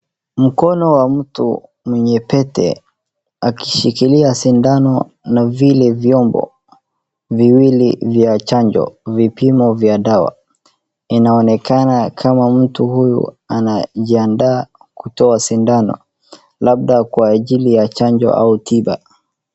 Mkono wa mtu mwenye pete akishikilia sindano na vile vyombo viwili vya chanjo, vipimo vya dawa. Inaonekana kama mtu huyu anajiandaa kutoa sindano, labda kwa ajili ya chanjo au tiba.